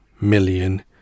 million